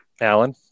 Alan